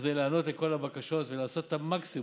כדי לענות על כל הבקשות ולעשות את המקסימום.